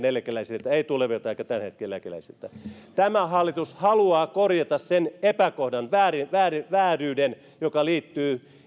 eläkeläisiltä ei tulevilta eikä tämän hetken eläkeläisiltä tämä hallitus haluaa korjata sen epäkohdan vääryyden joka liittyy